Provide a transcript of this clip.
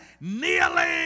kneeling